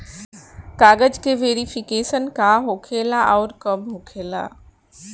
कागज के वेरिफिकेशन का हो खेला आउर कब होखेला?